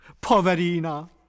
Poverina